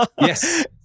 yes